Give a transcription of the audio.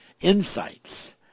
insights